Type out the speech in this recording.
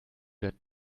that